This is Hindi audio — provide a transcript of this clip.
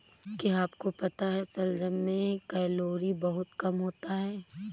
क्या आपको पता है शलजम में कैलोरी बहुत कम होता है?